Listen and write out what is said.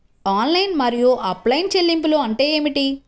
Online మరియు offline చెల్లింపులు అంటే ఏమిటి?